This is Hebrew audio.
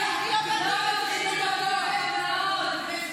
בפגרה, נראה מי יבוא.